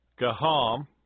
Gaham